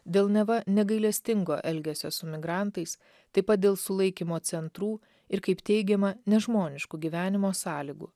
dėl neva negailestingo elgesio su migrantais taip pat dėl sulaikymo centrų ir kaip teigiama nežmoniškų gyvenimo sąlygų